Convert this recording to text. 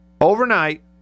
Overnight